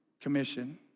commission